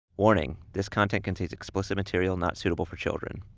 warning! this content contains explicit material not suitable for children.